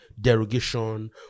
derogation